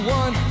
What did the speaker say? one